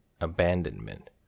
abandonment